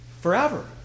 forever